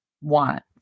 want